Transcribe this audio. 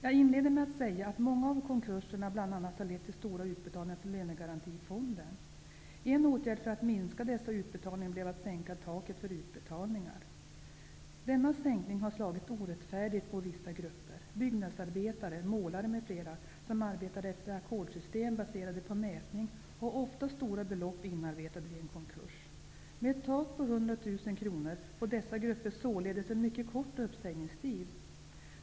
Jag inledde med att säga att de många konkurserna bl.a. har lett till stora utbetalningar från Lönegarantifonden. En åtgärd för att minska dessa utbetalningar var att sänka taket för utbetalningarna. Denna sänkning har slagit orättfärdigt mot vissa grupper. Byggnadsarbetare, målare och andra som arbetar efter ackordssystem, baserade på mätning, har ofta stora belopp inarbetade vid en konkurs. Med ett tak på 100 000 kr får dessa grupper således en mycket kort uppsägningstid.